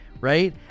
Right